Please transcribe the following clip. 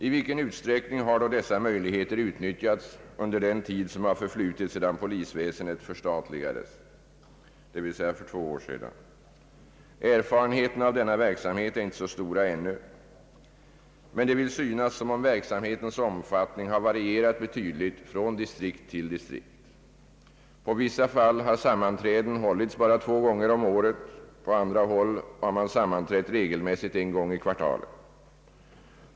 I vilken utsträckning har då dessa möjligheter utnyttjats under den tid som har förflutit sedan polisväsendet förstatligades, d. v. s. för två år sedan? Erfarenheterna av denna verksamhet är inte så stora ännu. Det vill dock synas som om verksamhetens omfattning har varierat betydligt från distrikt till distrikt. På vissa håll har sammanträden hållits bara två gånger om året, på andra håll har man sammanträtt regelmässigt en gång i kvartalet.